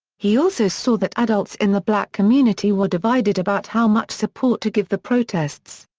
he also saw that adults in the black community were divided about how much support to give the protests.